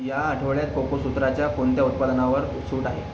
या आठवडयात कोकोसुत्राच्या कोणत्या उत्पादनावर सूट आहे